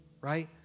right